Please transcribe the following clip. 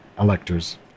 electors